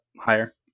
higher